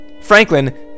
Franklin